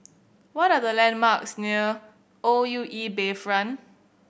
what are the landmarks near O U E Bayfront